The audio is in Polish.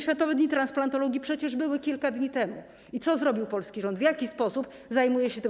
Światowe Dni Transplantologii przecież były kilka dni temu, i co zrobił polski rząd, w jaki sposób zajmuje się tym?